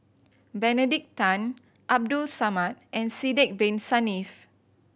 Benedict Tan Abdul Samad and Sidek Bin Saniff